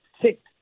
six